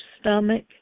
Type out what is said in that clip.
stomach